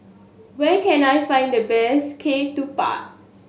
where can I find the best Ketupat